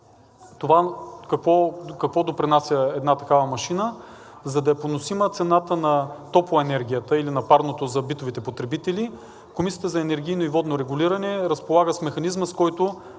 какво допринася една такава машина? За да е поносима цената на топлоенергията или на парното за битовите потребители, Комисията за енергийно и водно регулиране разполага с механизма, с който